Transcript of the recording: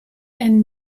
and